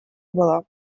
было